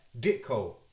Ditko